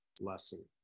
lesson